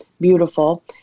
beautiful